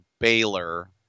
Baylor